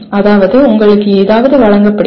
அதாவது உங்களுக்கு ஏதாவது வழங்கப்படுகிறது